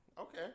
Okay